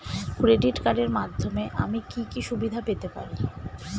Credit কার্ডের মাধ্যমে আমি কি কি সুবিধা পেতে পারি?